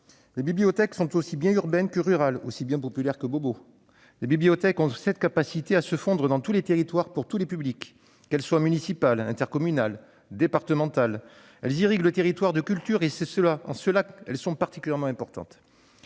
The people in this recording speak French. Les bibliothèques sont aussi bien urbaines que rurales, aussi bien populaires que « bobos ». Elles ont cette capacité à se fondre dans tous les territoires, pour tous les publics ! Qu'elles soient municipales, intercommunales ou départementales, elles irriguent les territoires de culture, et c'est en cela qu'elles sont particulièrement importantes.